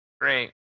great